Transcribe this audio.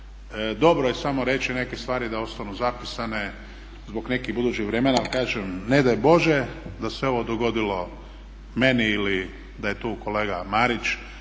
dobro je samo reći neke stvari da ostanu zapisane zbog nekih budućih vremena. Ali kažem, ne daj Bože da se ovo dogodilo meni ili da je tu kolega Marić